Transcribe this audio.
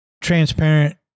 transparent